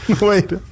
Wait